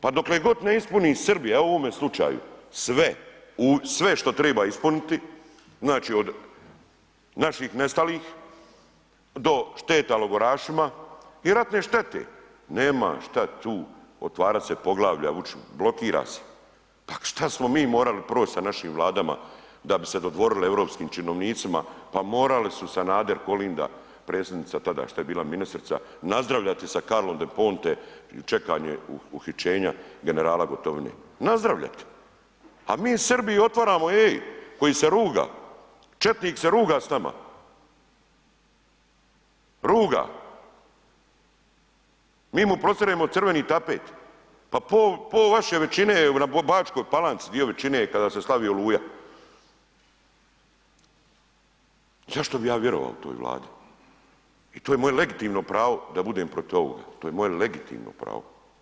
Pa dokle god ne ispuni Srbija, evo u ovome slučaju, sve, sve što triba ispuniti, znači od naših nestalih do šteta logorašima i ratne štete, nema šta tu otvarat se poglavlja Vučiću, blokira se, pa šta smo mi morali proć sa našim Vladama da bi se dodvorili europskim činovnicima, pa morali su Sanader, Kolinda, predsjednica tada šta je bila ministrica, nazdravljati sa Carlom de Ponte i čekanje uhićenja generala Gotovine, nazdravljati, a mi Srbiji otvaramo, ej koji se ruga, četnik se ruga s nama, ruga, mi mu prostiremo crveni tapet, pa po, po vaše većine je na Bačkoj Palanci, dio većine je kada se slavi Oluja, zašto bi ja vjerovao toj Vladi i to je moje legitimno pravo da budem protiv ovog, to je moje legitimno pravo.